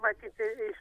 matyt iš